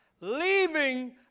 leaving